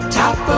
top